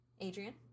adrian